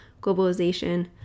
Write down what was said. globalization